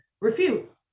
Refute